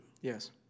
Yes